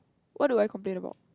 what do I complain about